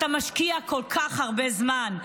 אתה משקיע כל כך הרבה זמן,